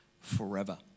forever